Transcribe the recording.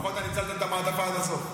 לפחות ניצלת את המעטפה עד הסוף.